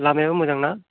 लामायाबो मोजां ना